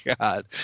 God